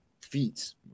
feats